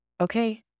Okay